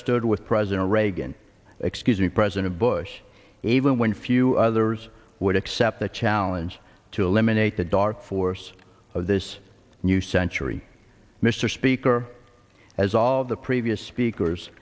stood with president reagan excuse me president bush even when few hers would accept the challenge to eliminate the dark force of this new century mr speaker as all the previous speakers